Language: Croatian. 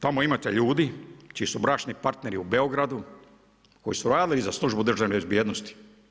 Tamo imate ljudi čiji su bračni partneri u Beogradu, koji su radili za Službu državne bezbjednosti.